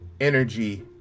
energy